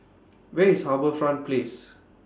Where IS HarbourFront Place